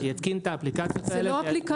ויתקין את האפליקציות האלה ו --- זה לא אפליקציה.